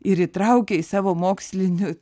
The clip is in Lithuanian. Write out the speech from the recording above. ir įtraukė į savo moksliniu